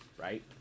Right